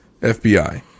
FBI